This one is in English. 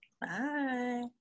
Bye